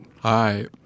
Hi